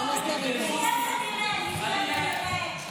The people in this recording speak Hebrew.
תבדקו.